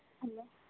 hello